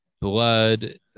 blood